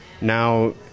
now